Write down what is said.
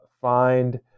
find